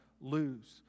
lose